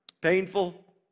Painful